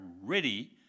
ready